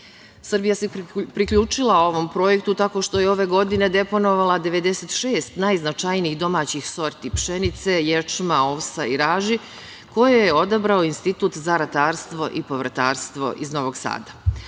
useva. Srbija se priključila ovom projektu tako što je ove godine deponovala 96 najznačajnijih domaćih sorti pšenice, ječma, ovsa i raži, koje je odabrao Institut za ratarstvo i povrtarstvo iz Novog Sada.